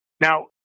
Now